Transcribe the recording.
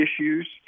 issues